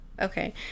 okay